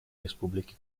республики